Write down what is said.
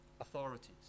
authorities